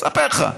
אספר לך.